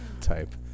type